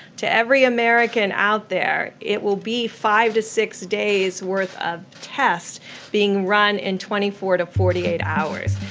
to every american out there, it will be five to six days' worth of tests being run in twenty four to forty eight hours.